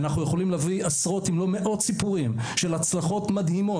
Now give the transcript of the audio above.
אנחנו יכולים להביא עשרות אם לא מאות סיפורים של הצלחות מדהימות